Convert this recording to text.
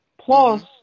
Plus